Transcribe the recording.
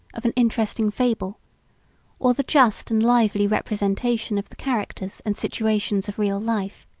of an interesting fable or the just and lively representation of the characters and situations of real life.